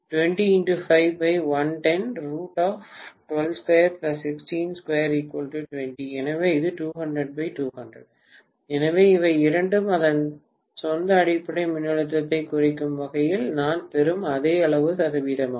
எனவே இது 200200 எனவே இவை இரண்டும் அதன் சொந்த அடிப்படை மின்னழுத்தத்தைக் குறிக்கும் வகையில் நான் பெறும் அதே அளவு சதவீதமாகும்